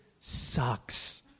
sucks